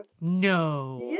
No